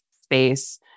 space